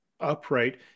upright